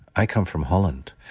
i come from holland.